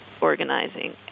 organizing